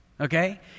okay